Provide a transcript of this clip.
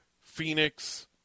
Phoenix